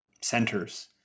centers